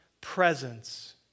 presence